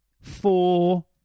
four